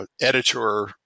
editor